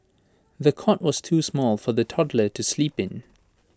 the cot was too small for the toddler to sleep in